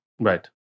right